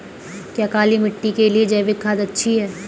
क्या काली मिट्टी के लिए जैविक खाद अच्छी है?